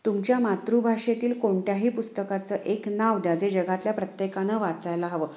तुमच्या मातृभाषेतील कोणत्याही पुस्तकाचं एक नाव द्या जे जगातल्या प्रत्येकानं वाचायला हवं